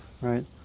right